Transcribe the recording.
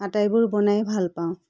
আটাইবোৰ বনাই ভাল পাওঁ